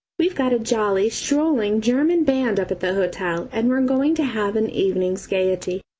we've got a jolly, strolling, german band up at the hotel and we're going to have an evening's gaiety.